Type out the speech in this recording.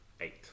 eight